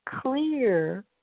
clear